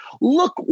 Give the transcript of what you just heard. look